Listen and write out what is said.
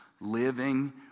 living